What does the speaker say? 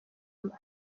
mba